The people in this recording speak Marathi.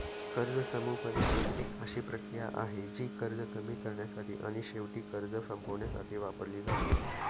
कर्ज समुपदेशन एक अशी प्रक्रिया आहे, जी कर्ज कमी करण्यासाठी आणि शेवटी कर्ज संपवण्यासाठी वापरली जाते